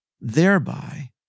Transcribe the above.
thereby